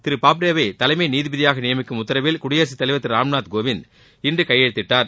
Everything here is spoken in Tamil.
திரு பாப்டே வை தலைமை நீதிபதியாக நியமிக்கும் உத்தரவில் குடியரசுத்தலைவர் திரு ராம்நாத் கோவிந்த் இன்று கையெழுத்திட்டார்